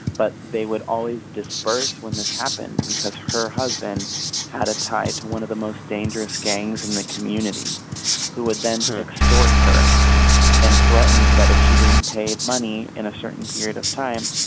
but they would always disperse when this happened because her husband had a tie to one of the most dangerous gangs in the community who would then extort her and threaten that if she didn't pay it money in a certain period of time,